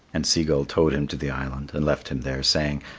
and sea gull towed him to the island, and left him there, saying,